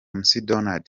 mcdonald